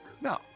No